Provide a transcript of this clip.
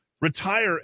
retire